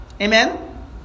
Amen